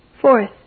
Fourth